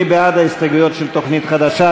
מי בעד ההסתייגויות של תוכנית חדשה?